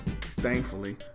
Thankfully